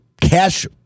cash